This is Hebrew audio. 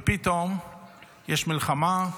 ופתאום יש מלחמה.